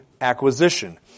acquisition